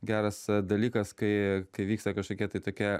geras dalykas kai kai vyksta kažkokia tai tokia